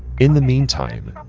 in the meantime,